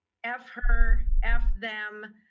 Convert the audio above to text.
f her, f them,